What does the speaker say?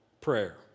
prayer